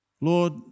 Lord